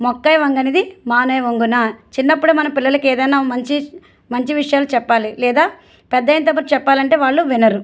మొక్కై వంగనిది మానై వంగునా చిన్నప్పుడే మన పిల్లలకి ఏదైనా మంచి మంచి విషయాలు చెప్పాలి లేదా పెద్దయిన తరువాత చెప్పాలి అంటే వాళ్ళు వినరు